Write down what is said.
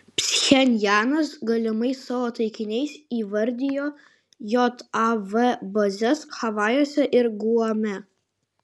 pchenjanas galimais savo taikiniais įvardijo jav bazes havajuose ir guame